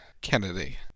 Kennedy